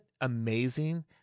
amazing